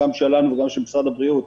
גם שלנו וגם של משרד הבריאות,